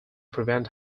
prevent